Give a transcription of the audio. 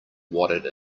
what